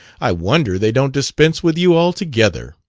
i wonder they don't dispense with you altogether!